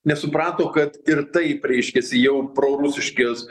nes suprato kad ir taip reiškiasi jau prorusiškės